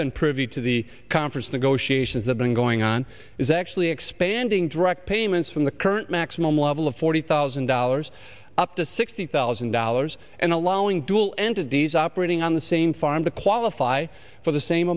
been privy to the conference negotiations that been going on is actually expanding direct payments from the current maximum level of forty thousand dollars up to sixty thousand dollars and allowing dual entities operating on the same farm to qualify for the same